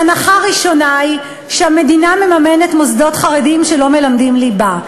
הנחה ראשונה היא שהמדינה מממנת מוסדות חרדיים שלא מלמדים ליבה.